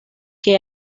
que